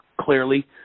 clearly